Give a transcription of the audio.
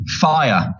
fire